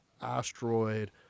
asteroid